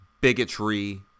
bigotry